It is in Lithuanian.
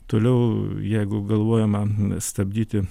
toliau jeigu galvojama stabdyti